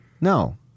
no